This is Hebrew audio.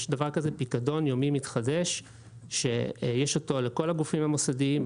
יש פיקדון יומי מתחדש שיש לכל הגופים המוסדיים,